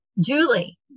Julie